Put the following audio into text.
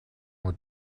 with